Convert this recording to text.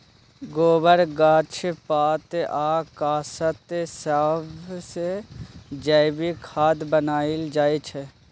गोबर, गाछ पात आ कासत सबसँ जैबिक खाद बनाएल जाइ छै